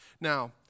Now